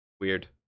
weird